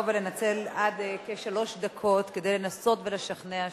ולנצל עד כשלוש דקות כדי לנסות ולשכנע שוב.